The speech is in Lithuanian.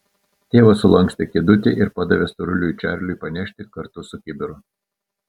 tėvas sulankstė kėdutę ir padavė storuliui čarliui panešti kartu su kibiru